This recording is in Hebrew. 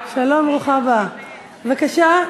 בבקשה,